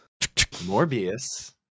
Morbius